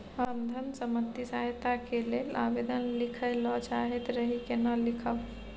हम धन संबंधी सहायता के लैल आवेदन लिखय ल चाहैत रही केना लिखब?